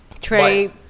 Trey